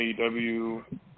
AEW